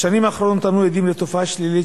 בשנים האחרונות אנו עדים לתופעה שלילית